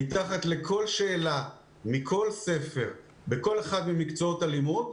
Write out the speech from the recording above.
מתחת לכל שאלה מכל ספר בכל אחד ממקצועות הלימוד,